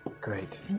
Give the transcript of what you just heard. Great